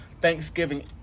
Thanksgiving